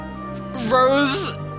...Rose